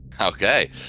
Okay